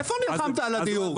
איפה נלחמת על הדיור?